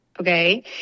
okay